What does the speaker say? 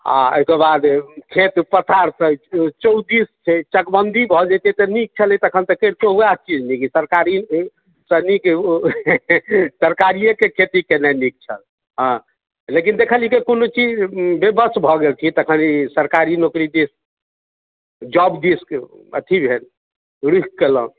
आ एहिकेबाद खेत पथार चौदिश छै चकबन्दी भऽ जयतै तऽ नीक छलै तखन तऽ करितहुँ ओएह चीज ने कि सरकारीसँ नीक ओ तरकारियेके खेती केनाइ नीक छल हँ लेकिन देखलियै कि कोनो चीज बेबस भऽ गेल छी तखन ई सरकारी नौकरी दिश जॉब दिश अथी भेल रुख केलहुँ